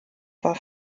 war